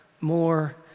more